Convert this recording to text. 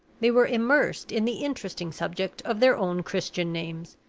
they were immersed in the interesting subject of their own christian names,